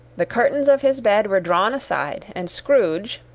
the curtains of his bed were drawn aside and scrooge,